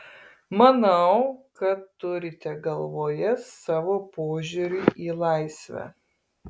manau kad turite galvoje savo požiūrį į laisvę